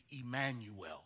Emmanuel